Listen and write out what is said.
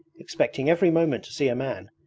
expecting every moment to see a man,